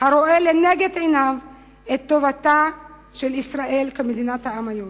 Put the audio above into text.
הרואה לנגד עיניו את טובתה של ישראל כמדינת העם היהודי.